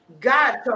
god